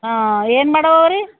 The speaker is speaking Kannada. ಹಾಂ ಏನು ಮಾಡೋವವು ರೀ